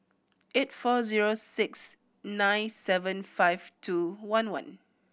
eight four zero six nine seven five two one one